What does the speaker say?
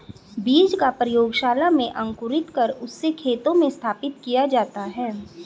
बीज को प्रयोगशाला में अंकुरित कर उससे खेतों में स्थापित किया जाता है